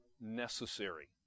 necessary